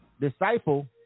disciple